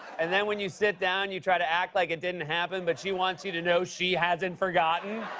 and then when you sit down, you try to act like it didn't happen but she wants you to know she hasn't forgotten.